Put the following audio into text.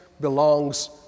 belongs